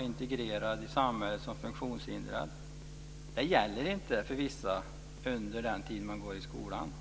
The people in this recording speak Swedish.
integration i samhället av funktionshindrade? Det gäller inte för vissa under den tid som de går i skolan.